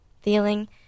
feeling